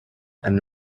and